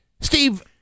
Steve